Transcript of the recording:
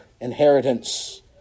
inheritance